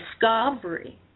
discovery